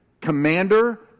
commander